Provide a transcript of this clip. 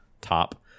top